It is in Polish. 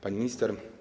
Pani Minister!